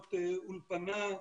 בנות אולפנה,